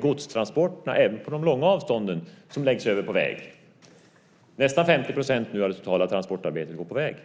Godstransporter, även på långa avstånd, läggs över på väg. Nu går nästan 50 % av det totala transportarbetet på väg,